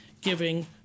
giving